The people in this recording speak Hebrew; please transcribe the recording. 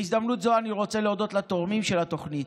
בהזדמנות זו אני רוצה להודות לתורמים של התוכנית,